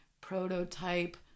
prototype